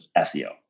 SEO